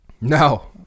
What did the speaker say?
No